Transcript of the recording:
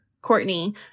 Courtney